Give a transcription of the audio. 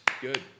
good